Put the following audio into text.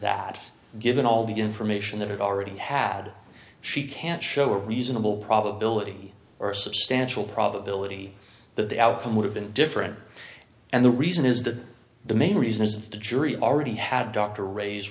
that given all the information that have already had she can't show a reasonable probability or a substantial probability that the outcome would have been different and the reason is that the main reason is that the jury already had dr ra